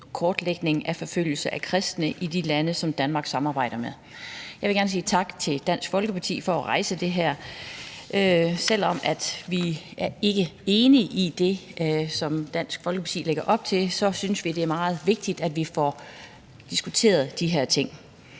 kortlægning af forfølgelse af kristne i de lande, som Danmark samarbejder med. Jeg vil gerne sige tak til Dansk Folkeparti for at rejse det her, og selv om vi ikke er enige i det, som Dansk Folkeparti lægger op til, så synes vi, at det er meget vigtigt at få diskuteret de her ting.